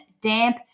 damp